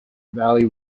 valley